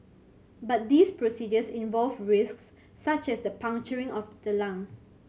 but these procedures involve risks such as the puncturing of the lung